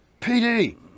PD